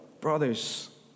Brothers